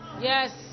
Yes